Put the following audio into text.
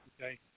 Okay